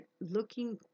looking